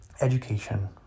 education